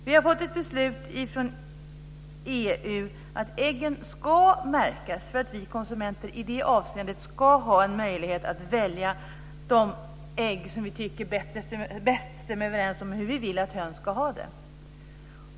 Vi har fått ett beslut från EU om att äggen ska märkas för att vi konsumenter i det avseendet ska ha en möjlighet att välja de ägg som vi tycker bäst stämmer överens med hur vi vill att höns ska ha det.